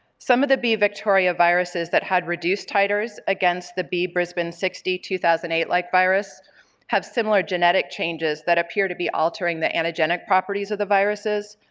some of the b victoria viruses that had reduced titers against the b brisbane sixty two thousand and eight like virus have similar genetic changes that appear to be altering the anagenic properties of the viruses,